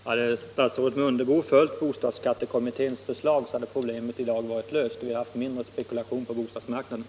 Herr talman! Om statsrådet Mundebo hade följt bostadsskattekommitténs förslag så hade problemen i dag varit lösta, och vi hade haft mindre spekulation på bostadsmarknaden.